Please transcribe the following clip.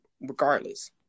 regardless